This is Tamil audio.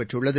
பெற்றுள்ளது